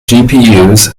gpus